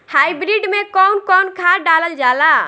Hybrid में कउन कउन खाद डालल जाला?